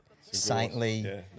saintly